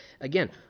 Again